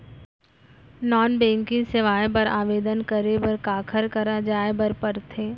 non banking सेवाएं बर आवेदन करे बर काखर करा जाए बर परथे